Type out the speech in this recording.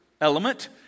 element